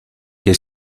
que